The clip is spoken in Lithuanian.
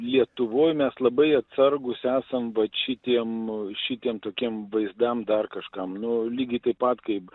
lietuvoj mes labai atsargūs esam vat šitiem šitiem tokiem vaizdam dar kažkam nu lygiai taip pat kaip